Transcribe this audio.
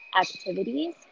activities